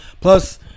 Plus